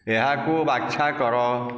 ଏହାକୁ ବ୍ୟାଖ୍ୟା କର